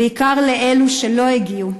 ובעיקר לאלו שלא הגיעו,